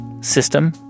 system